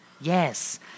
Yes